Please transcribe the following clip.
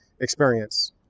experience